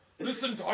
Listen